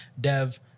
Dev